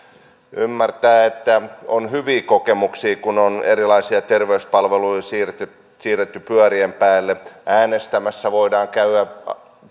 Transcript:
ymmärtää että on hyviä kokemuksia kun on erilaisia terveyspalveluja siirretty siirretty pyörien päälle äänestämässä voidaan käydä